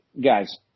Guys